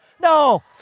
No